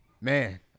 Man